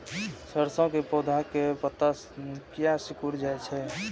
सरसों के पौधा के पत्ता किया सिकुड़ जाय छे?